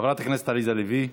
חברת הכנסת עליזה לביא,